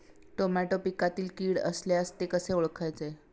Tomato पिकातील कीड असल्यास ते कसे ओळखायचे?